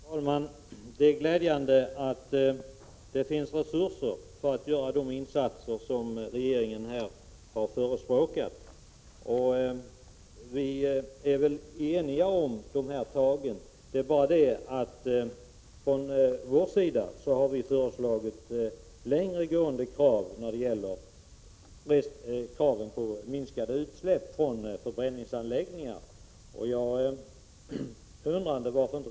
Fru talman! Det är glädjande att det finns resurser för att göra de insatser som regeringen här har förespråkat. Vi är eniga om dessa tag. Men från vår sida har vi föreslagit mer långtgående krav när det gäller minskade utsläpp från förbränningsanläggningarna.